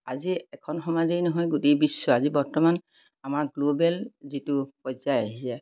আজি এখন সমাজেই নহয় গোটেই বিশ্ব আজি বৰ্তমান আমাৰ গ্ল'বেল যিটো পৰ্য্য়ায় আহিছে